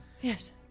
Yes